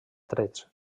trets